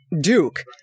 Duke